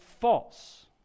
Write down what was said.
false